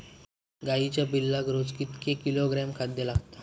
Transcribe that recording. गाईच्या पिल्लाक रोज कितके किलोग्रॅम खाद्य लागता?